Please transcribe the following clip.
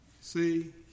See